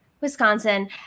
Wisconsin